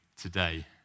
today